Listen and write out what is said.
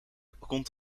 komt